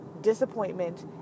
disappointment